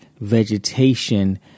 vegetation